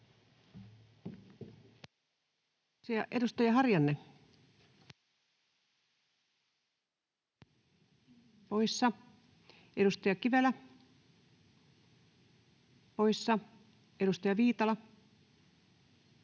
Edustaja Harjanne, poissa. Edustaja Kivelä, poissa. Edustaja Viitala,